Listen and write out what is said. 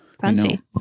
Fancy